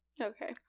Okay